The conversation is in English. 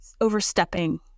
overstepping